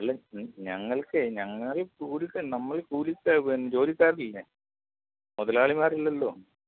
അല്ല ഞങ്ങൾക്കേ ഞങ്ങൾ കൂലിക്കാണ് നമ്മൾ കൂലിക്കാണ് പിന്നെ ജോലിക്കാരല്ലേ മുതലാളിമാരല്ലല്ലോ